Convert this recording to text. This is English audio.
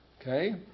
Okay